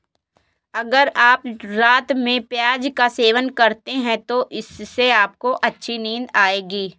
अगर आप रात में प्याज का सेवन करते हैं तो इससे आपको अच्छी नींद आएगी